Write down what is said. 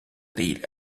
değil